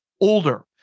older